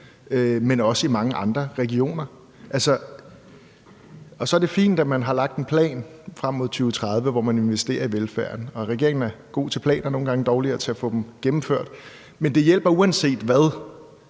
men også i mange andre regioner. Så er det fint, at man har lagt en plan frem mod 2030, hvor man investerer i velfærden – regeringen er god til planer og nogle gange dårligere til at få dem gennemført – men det hjælper uanset hvad